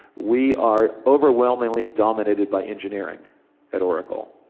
we are overwhelmingly dominated by engineering at oracle.